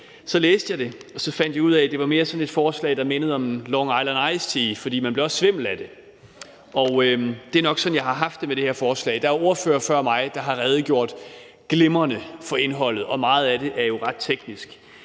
Så læste jeg det og fandt ud af, at det mere var sådan et forslag, der mindede om long island iced tea, for man blev også svimmel af det. Og det er nok sådan, jeg har haft det med det her forslag. Der er ordførere før mig, der har redegjort glimrende for indholdet, og meget af det er jo ret teknisk.